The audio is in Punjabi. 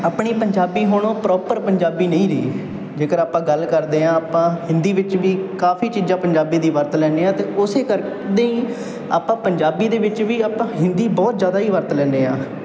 ਆਪਣੀ ਪੰਜਾਬੀ ਹੁਣ ਉਹ ਪ੍ਰੋਪਰ ਪੰਜਾਬੀ ਨਹੀਂ ਰਹੀ ਜੇਕਰ ਆਪਾਂ ਗੱਲ ਕਰਦੇ ਹਾਂ ਆਪਾਂ ਹਿੰਦੀ ਵਿੱਚ ਵੀ ਕਾਫੀ ਚੀਜ਼ਾਂ ਪੰਜਾਬੀ ਦੀ ਵਰਤ ਲੈਂਦੇ ਹਾਂ ਅਤੇ ਉਸੇ ਕਰਕੇ ਹੀ ਆਪਾਂ ਪੰਜਾਬੀ ਦੇ ਵਿੱਚ ਵੀ ਆਪਾਂ ਹਿੰਦੀ ਬਹੁਤ ਜ਼ਿਆਦਾ ਹੀ ਵਰਤ ਲੈਂਦੇ ਹਾਂ